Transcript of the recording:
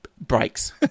breaks